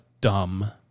dumb